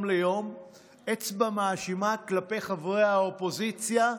ליום אצבע מאשימה כלפי חברי האופוזיציה: